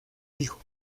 hijo